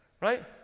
right